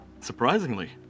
Surprisingly